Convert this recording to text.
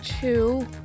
two